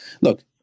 Look